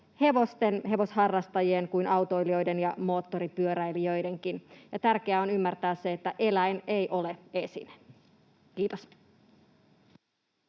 hevosten, hevosharrastajien kuin autoilijoiden ja moottoripyöräilijöidenkin. Ja tärkeää on ymmärtää se, että eläin ei ole esine. — Kiitos.